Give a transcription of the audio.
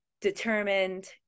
determined